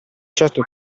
certo